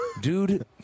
dude